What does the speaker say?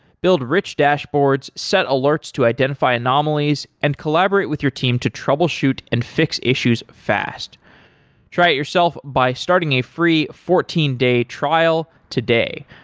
build rich dashboards, set alerts to identify anomalies and collaborate with your team to troubleshoot and fix issues fast try it yourself by starting a free fourteen day trial today.